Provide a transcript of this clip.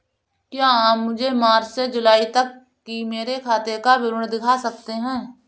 क्या आप मुझे मार्च से जूलाई तक की मेरे खाता का विवरण दिखा सकते हैं?